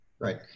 Right